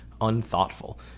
unthoughtful